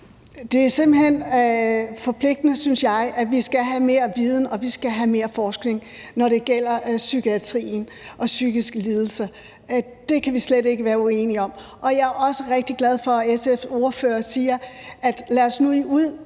Det er simpelt hen forpligtende, synes jeg, at vi skal have mere viden, og vi skal have mere forskning, når det gælder psykiatrien og psykiske lidelser. Det kan vi slet ikke være uenige om. Og jeg er også rigtig glad for, at SF's ordfører siger, at lad os nu i